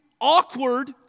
awkward